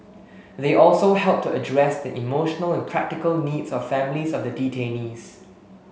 they also helped to address the emotional and practical needs of families of the detainees